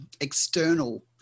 external